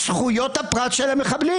זכויות הפרט של המחבלים.